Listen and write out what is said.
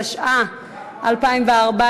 התשע"ה 2014,